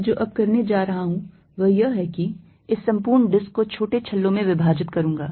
मैं जो अब करने जा रहा हूं वह यह है कि इस संपूर्ण डिस्क को छोटे छल्लो में विभाजित करूंगा